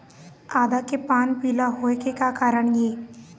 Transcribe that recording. आदा के पान पिला होय के का कारण ये?